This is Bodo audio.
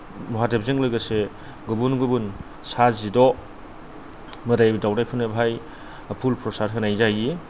महादेबजों लोगोसे गुबुन गुबुन सा जिद' मोदाय दावदायफोरनो बेहाय फुल प्रसाद होनाय जायो